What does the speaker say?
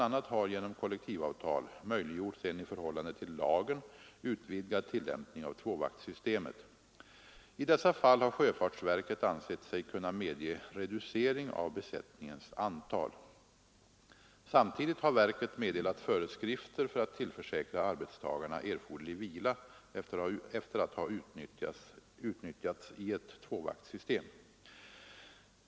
a. har genom kollektivavtal möjliggjorts en i förhållande till lagen utvidgad tillämpning av tvåvaktssystemet. I dessa fall har sjöfartsverket ansett sig kunna medge reducering av besättningens antal. Samtidigt har verket meddelat föreskrifter för att tillförsäkra arbetstagarna erforderlig vila efter att ha utnyttjats i ett tvåvaktssystem.